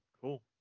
Cool